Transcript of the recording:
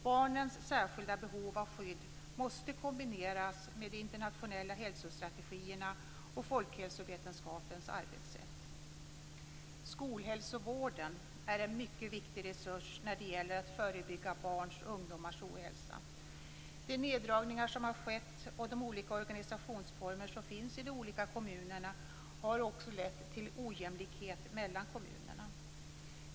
Barnens särskilda behov av skydd måste kombineras med de internationella hälsostrategierna och folkhälsovetenskapens arbetssätt. Skolhälsovården är en mycket viktig resurs när det gäller att förebygga barns och ungdomars ohälsa. De neddragningar som har skett och de olika organisationsformer som finns i de olika kommunerna har lett till ojämlikhet mellan kommunerna.